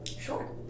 Sure